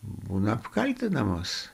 būna apkaltinamos